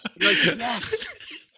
Yes